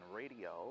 radio